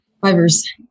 fibers